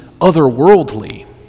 otherworldly